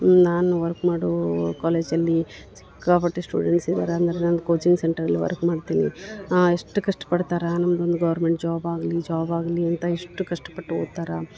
ನಾನು ವರ್ಕ್ ಮಾಡೋ ಕಾಲೇಜ್ ಅಲ್ಲಿ ಸಿಕ್ಕಾಪಟ್ಟೆ ಸ್ಟೂಡೆಂಟ್ಸ್ ಇದಾರೆ ಅಂದ್ರ ನನ್ದ ಕೋಚಿಂಗ್ ಸೆಂಟರ್ ಅಲ್ಲಿ ವರ್ಕ್ ಮಾಡ್ತೀನಿ ಎಷ್ಟು ಕಷ್ಟ ಪಡ್ತರಾ ನಮ್ದು ಒಂದು ಗೌರ್ಮೆಂಟ್ ಜಾಬ್ ಆಗಲಿ ಜಾಬ್ ಆಗಲಿ ಅಂತ ಎಷ್ಟು ಕಷ್ಟ ಪಟ್ಟು ಓದ್ತರಾ